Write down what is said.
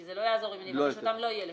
כי לא יהיה לך.